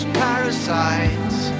parasites